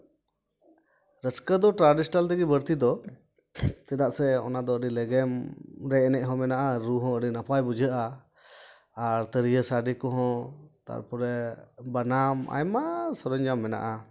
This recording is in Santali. ᱨᱟᱹᱥᱠᱟᱹ ᱫᱚ ᱴᱨᱟᱰᱤᱥᱚᱱᱟᱞ ᱛᱮᱜᱮ ᱵᱟᱹᱲᱛᱤ ᱫᱚ ᱪᱮᱫᱟᱜ ᱥᱮ ᱚᱱᱟ ᱫᱚ ᱟᱹᱰᱤ ᱞᱮᱜᱮᱢ ᱨᱮ ᱮᱱᱮᱡ ᱦᱚᱸ ᱢᱮᱱᱟᱜᱼᱟ ᱨᱩ ᱦᱚᱸ ᱟᱹᱰᱤ ᱱᱟᱯᱟᱭ ᱵᱩᱡᱷᱟᱹᱜᱼᱟ ᱟᱨ ᱛᱟᱹᱨᱭᱟᱹ ᱥᱟᱰᱮ ᱠᱚᱦᱚᱸ ᱛᱟᱨᱯᱚᱨᱮ ᱵᱟᱱᱟᱢ ᱟᱭᱢᱟ ᱥᱚᱨᱚᱧᱡᱟᱢ ᱢᱮᱱᱟᱜᱼᱟ